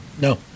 No